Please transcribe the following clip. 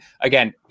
again